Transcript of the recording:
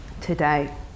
today